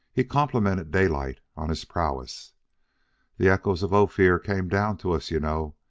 he complimented daylight on his prowess the echoes of ophir came down to us, you know.